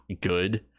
good